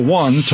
one